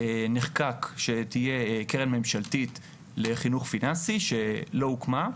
נחקק שתהיה קרן ממשלתית לחינוך פיננסי שלא הוקמה.